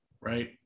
right